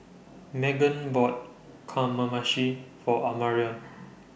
Meghan bought Kamameshi For Amarion